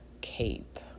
cape